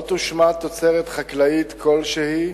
לא תושמד תוצרת חקלאית כלשהי